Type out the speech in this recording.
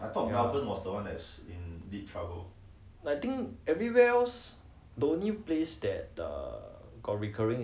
not perth was in lockdown since don't know when